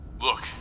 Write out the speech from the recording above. Look